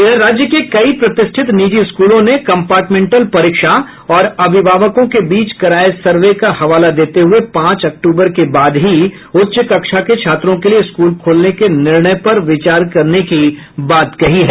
इधर राज्य के कई प्रतिष्ठित निजी स्कूलों ने कम्पार्टमेंटल परीक्षा और अभिभावकों के बीच कराये सर्वे का हवाला देते हुये पांच अक्टूबर के बाद ही उच्च कक्षा के छात्रों के लिए स्कूल खोलने के निर्णय पर विचार करने की बात कही है